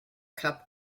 cup